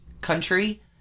country